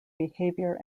behavior